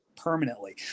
permanently